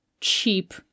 cheap